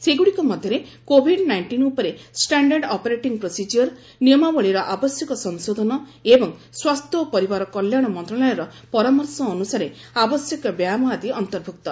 ସେଗୁଡ଼ିକ ମଧ୍ୟରେ covid nineteen ଉପରେ ଷ୍ଟାଣ୍ଡାର୍ଡ୍ ଅପରେଟିଂ ପ୍ରୋସିଜିଓର ନିୟମାବଳୀର ଆବଶ୍ୟକ ସଂଶୋଧନ ଏବଂ ସ୍ୱାସ୍ଥ୍ୟ ଓ ପରିବାର କଲ୍ୟାଣ ମନ୍ତ୍ରଶାଳୟର ପରାମର୍ଶ ଅନ୍ତସାରେ ଆବଶ୍ୟକ ବାୟାମ ଆଦି ଅନ୍ତର୍ଭୁକ୍ତ